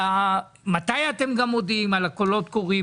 מתי אתם גם מודיעים על הקולות קוראים?